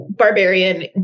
barbarian